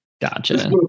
gotcha